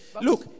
Look